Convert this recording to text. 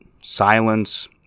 silence